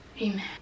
Amen